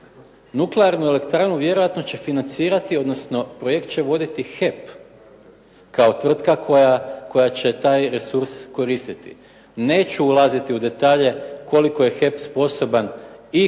nuklearnu elektranu vjerojatno će financirati, odnosno projekt će voditi HEP kao tvrtka koja će taj resurs koristiti. Neću ulaziti u detalje koliko je HEP sposoban i